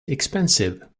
expensive